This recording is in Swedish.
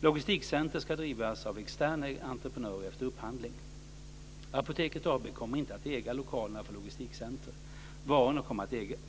Logistikcentrumen ska drivas av externa entreprenörer efter upphandling. Apoteket AB kommer inte att äga lokalerna för logistikcentrumen.